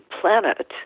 planet